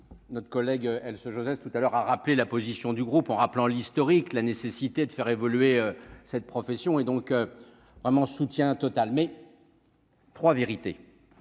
Notre collègue, elle se Joseph tout à l'heure, a rappelé la position du groupe en rappelant l'historique, la nécessité de faire évoluer cette profession et donc à mon soutien total, mais 3 vérités